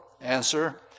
Answer